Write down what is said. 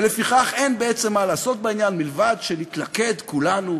ולפיכך אין בעצם מה לעשות בעניין מלבד שנתלכד כולנו